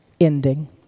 ending